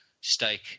stake